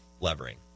Levering